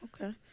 okay